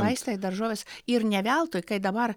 vaistai daržovės ir ne veltui kai dabar